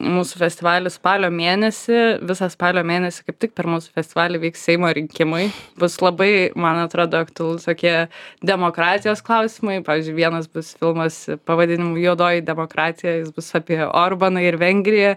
mūsų festivalis spalio mėnesį visą spalio mėnesį kaip tik per mūsų festivalį vyks seimo rinkimai bus labai man atrodo aktualu tokie demokratijos klausimai pavyzdžiui vienas bus filmas pavadinimu juodoji demokratija jis bus apie orbaną ir vengriją